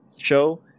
show